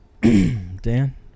dan